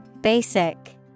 Basic